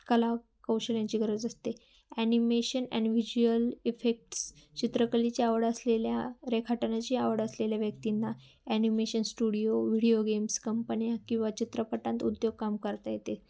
कलाकौशल्यांची गरज असते animation and visual effects चित्रकलेची आवड असलेल्या रेखाटनाची आवड असलेल्या व्यक्तींना ॲनिमेशन स्टुडिओ व्हिडिओ गेम्स कंपन्या किंवा चित्रपटांत उद्योग काम करता येते